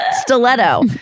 stiletto